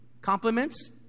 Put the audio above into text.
Compliments